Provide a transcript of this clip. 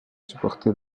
supporter